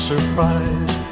Surprise